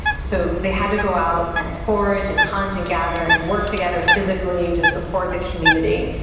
so, they had to go out and forage and hunt and gather, and work together physically to support the community.